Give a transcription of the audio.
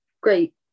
great